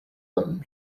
them